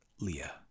Leah